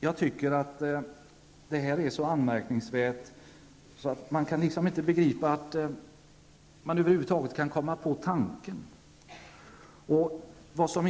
Jag tycker att det är ytterst anmärkningsvärt att regeringen över huvud taget kan komma på tanken att handla så som den har gjort.